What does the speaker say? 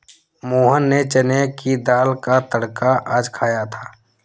मोहन ने चने की दाल का तड़का आज खाया था